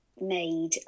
made